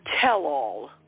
tell-all